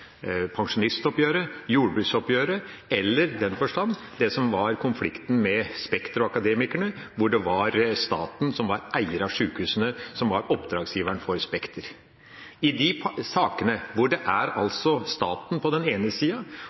pensjonistoppgjøret, jordbruksoppgjøret eller i den forstand det som var konflikten med Spekter og Akademikerne, hvor det var staten som var eier av sjukehusene, som var oppdragsgiveren for Spekter. I de sakene hvor det er staten på den ene sida